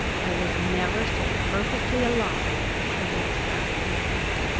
i was never so perfectly alive as at that moment.